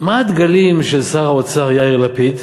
מה הדגלים של שר האוצר יאיר לפיד?